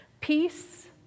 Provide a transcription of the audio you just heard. peace